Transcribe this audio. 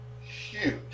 huge